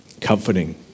comforting